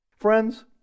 Friends